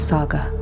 Saga